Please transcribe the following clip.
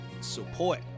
support